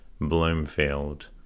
Bloomfield